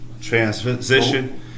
transition